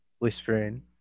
whispering